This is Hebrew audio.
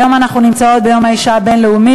היום אנחנו נמצאות ביום האישה הבין-לאומי,